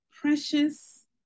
precious